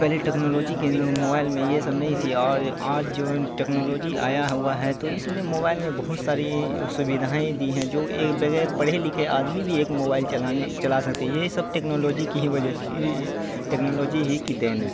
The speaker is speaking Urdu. پہلے ٹیکنالوجی کے موبائل میں یہ سب نہیں تھی اور آج جو ٹیکنالوجی آیا ہوا ہے تو اس میں موبائل میں بہت ساری سویدھائیں دی ہیں جو ایک بغیر پڑھے لکھے آدمی بھی ایک موبائل چلانے چلا سکتے ہیں یہ سب ٹیکنالوجی کی ہی وجہ سے ٹیکنالوجی ہی کی دین ہے